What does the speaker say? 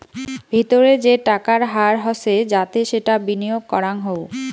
ভিতরে যে টাকার হার হসে যাতে সেটা বিনিয়গ করাঙ হউ